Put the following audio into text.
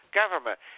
government